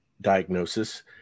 diagnosis